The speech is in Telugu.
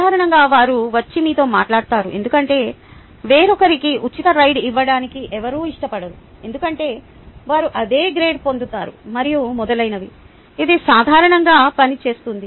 సాధారణంగా వారు వచ్చి మీతో మాట్లాడుతారు ఎందుకంటే వేరొకరికి ఉచిత రైడ్ ఇవ్వడానికి ఎవరూ ఇష్టపడరు ఎందుకంటే వారు అదే గ్రేడ్ పొందుతారు మరియు మొదలైనవి ఇది సాధారణంగా పని చేస్తుంది